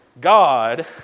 God